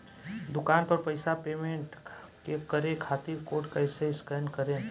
दूकान पर पैसा पेमेंट करे खातिर कोड कैसे स्कैन करेम?